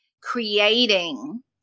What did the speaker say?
creating